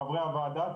חברי הוועדה,